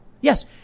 Yes